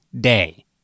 day